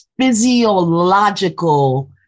physiological